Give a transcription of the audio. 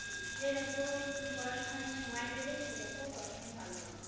যে যত পড়াশোনায় সময় দেবে সে তত পড়াশুনায় ভালো হবে